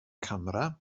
camera